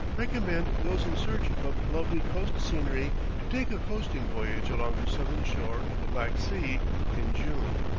recommend those in search of lovely coast scenery to take a coasting voyage along the southern shore of the black sea in june.